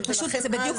לכן זה "הוכח".